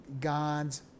God's